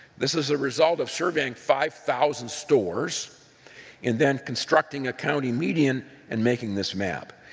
this is a result of surveying five thousand stores and then constructing a county median and making this map.